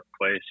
place